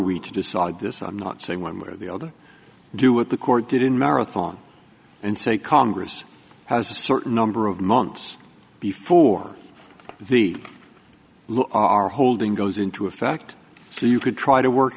we to decide this i'm not saying one way or the other do what the court did in marathon and say congress has a certain number of months before the law are holding goes into effect so you could try to work